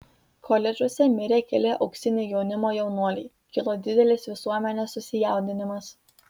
koledžuose mirė keli auksinio jaunimo jaunuoliai kilo didelis visuomenės susijaudinimas